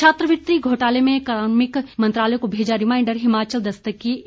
छात्रवृति घोटाले में कार्मिक मंत्रालय को भेजा रिमाइंडर हिमाचल दस्तक की एक खबर है